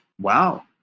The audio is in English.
wow